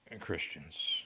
Christians